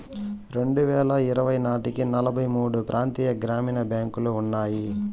రెండువేల ఇరవై నాటికి నలభై మూడు ప్రాంతీయ గ్రామీణ బ్యాంకులు ఉన్నాయి